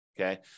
okay